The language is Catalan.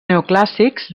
neoclàssics